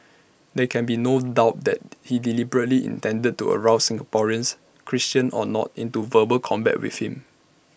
there can be no doubt that he deliberately intended to arouse Singaporeans Christians or not into verbal combat with him